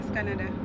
Canada